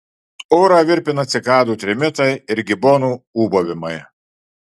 orą virpina cikadų trimitai ir gibonų ūbavimai